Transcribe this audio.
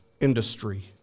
industry